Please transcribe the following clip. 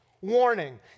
warning